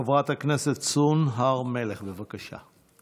חברת הכנסת סון הר מלך, בבקשה.